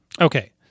Okay